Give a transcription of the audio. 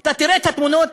אתה תראה את התמונות,